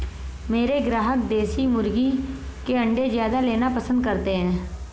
मेरे ग्राहक देसी मुर्गी के अंडे ज्यादा लेना पसंद करते हैं